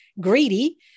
greedy